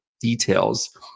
details